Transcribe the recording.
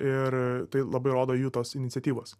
ir tai labai rodo jų tos iniciatyvos